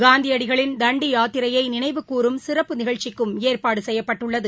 காந்தியடிகளின் தண்டி யாத்திரையை நினைவுகூரும் சிற்புப நிகழ்க்சிக்கும் ஏற்பாடு செய்யப்பட்டுள்ளது